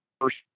first